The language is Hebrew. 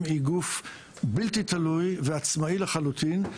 היא גוף בלתי תלוי ועצמאי לחלוטין.